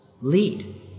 lead